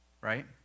right